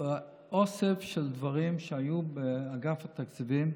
אוסף של דברים שהיו באגף התקציבים.